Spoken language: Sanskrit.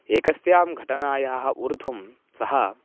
एकस्यां घटनायाः ऊर्ध्वं सः